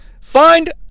Find